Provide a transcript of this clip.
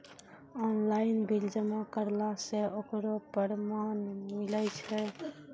Online bill जमा करला से ओकरौ परमान मिलै छै?